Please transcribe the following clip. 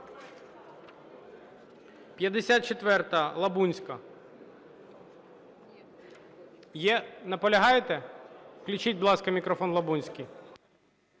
54-а, Лабунська. Є, наполягаєте? Включіть, будь ласка, мікрофон Лабунській.